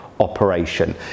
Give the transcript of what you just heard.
operation